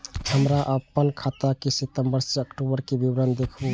हमरा अपन खाता के सितम्बर से अक्टूबर के विवरण देखबु?